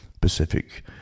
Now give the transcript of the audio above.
Pacific